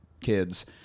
kids